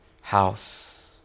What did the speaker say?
house